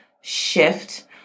shift